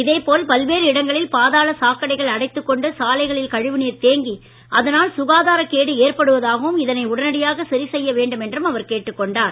இதே போல் பல்வேறு இடங்களில் பாதாள சாக்கடைகள் அடைத்துக் கொண்டு சாலைகளில் கழிவுநீர் தேங்கி அதனால் சுகாதாரக் கேடு ஏற்படுவதாகவும் இதனை உடனடியாக சரி செய்ய வேண்டும் என்றும் அவர் கேட்டுக் கொண்டார்